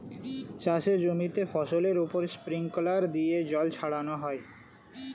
চাষের জমিতে ফসলের উপর স্প্রিংকলার দিয়ে জল ছড়ানো হয়